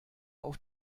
auf